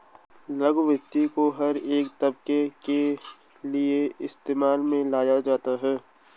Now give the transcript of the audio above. लघु वित्त को हर एक तबके के लिये इस्तेमाल में लाया जाता है